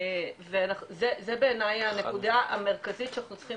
זה בעיני הנקודה המרכזית שאנחנו צריכים